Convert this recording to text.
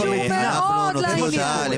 זה קשור מאוד לעניין.